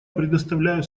предоставляю